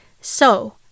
So